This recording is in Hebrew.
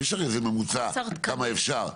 יש הרי איזה ממוצע כמה אפשר.